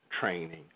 training